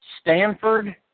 Stanford